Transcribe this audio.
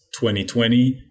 2020